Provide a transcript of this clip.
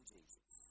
Jesus